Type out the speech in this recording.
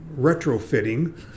retrofitting